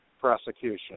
prosecution